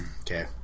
Okay